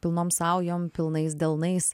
pilnom saujom pilnais delnais